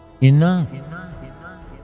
enough